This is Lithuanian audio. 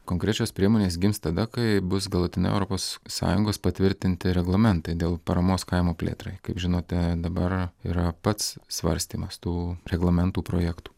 konkrečios priemonės gims tada kai bus galutinė europos sąjungos patvirtinti reglamentai dėl paramos kaimo plėtrai kaip žinote dabar yra pats svarstymas tų reglamentų projektų